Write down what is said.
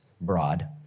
broad